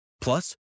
Plus